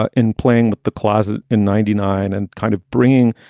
ah in playing with the closet in ninety nine and kind of bringing,